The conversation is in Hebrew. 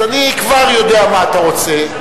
אז אני כבר יודע מה אתה רוצה,